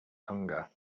hunger